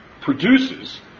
produces